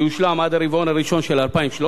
וזה יושלם עד הרבעון הראשון של 2013,